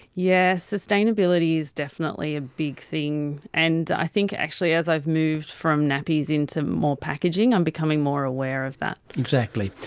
yes, sustainability is definitely a big thing, and i think actually as i've moved from nappies into more packaging, i'm becoming more aware of that. exactly.